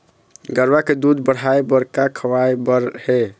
गरवा के दूध बढ़ाये बर का खवाए बर हे?